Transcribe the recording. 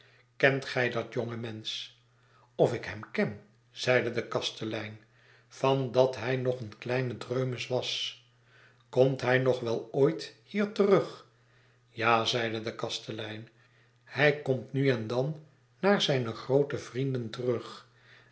kent gij dat jonge menseh of ik hem ken zeide de kastelein van dat hij nog een kleine dreumis was komt hij nog wel ooit hier terug ja zeide de kastelein hij komtnuendan naar zijne groote vrienden terug